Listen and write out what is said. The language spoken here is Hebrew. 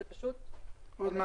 זה פשוט מוקפא.